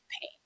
pain